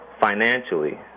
financially